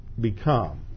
become